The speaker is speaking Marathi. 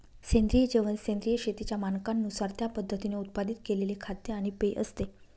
सेंद्रिय जेवण सेंद्रिय शेतीच्या मानकांनुसार त्या पद्धतीने उत्पादित केलेले खाद्य आणि पेय असते